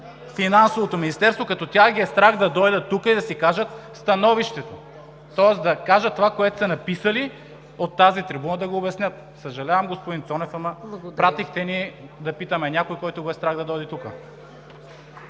Финансовото министерство, като тях ги е страх да дойдат тук и да си кажат становището, тоест да кажат това, което са написали, от тази трибуна да го обяснят? Съжалявам, господин Цонев, ама ни пратихте да питаме някой, който го е страх да дойде тук.